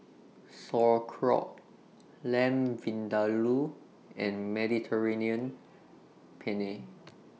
Sauerkraut Lamb Vindaloo and Mediterranean Penne